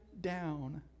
down